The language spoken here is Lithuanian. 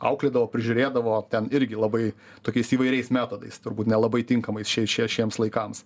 auklėdavo prižiūrėdavo ten irgi labai tokiais įvairiais metodais turbūt nelabai tinkamais šiai šiems laikams